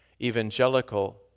evangelical